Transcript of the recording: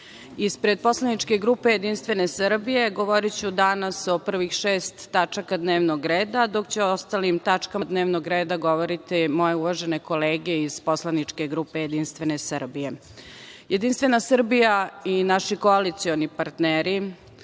poslaničke grupe JS govoriću danas o prvih šest tačaka dnevnog reda, dok će o ostalim tačkama dnevnog reda govoriti moje uvažene kolege iz poslaničke grupe JS.Jedinstvena Srbija i naši koalicioni partneri,